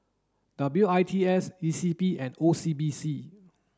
W I T S E C P and O C B C